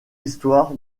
histoire